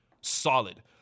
Solid